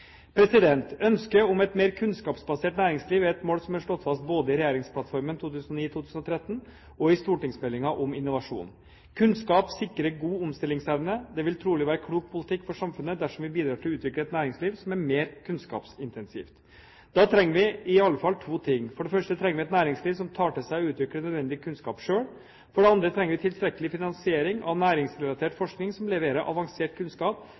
Ønsket om et mer kunnskapsbasert næringsliv er et mål som er slått fast både i regjeringsplattformen 2009–2013 og i stortingsmeldingen om innovasjon. Kunnskap sikrer god omstillingsevne. Det vil trolig være klok politikk for samfunnet dersom vi bidrar til å utvikle et næringsliv som er mer kunnskapsintensivt. Da trenger vi i alle fall to ting. For det første trenger vi et næringsliv som tar til seg og utvikler nødvendig kunnskap selv. For det andre trenger vi tilstrekkelig finansiering av næringsrelatert forskning som leverer avansert kunnskap